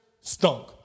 stunk